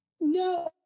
No